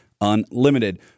Unlimited